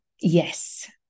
yes